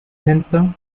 fenster